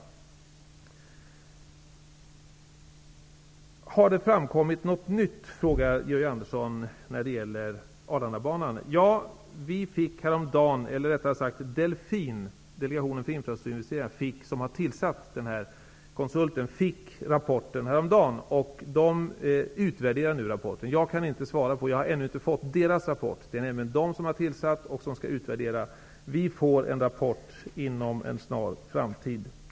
Georg Andersson frågar om det har framkommit något nytt när det gäller Arlandabanan. DELFIN, delegationen för infrastrukturinvesteringar, som har tillsatt konsulten, fick rapporten häromdagen. Den utvärderar nu rapporten. Jag har ännu inte fått dess rapport. Det är den som skall utvärdera. Vi får en rapport därifrån inom en snar framtid.